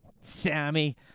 Sammy